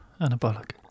anabolic